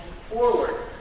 forward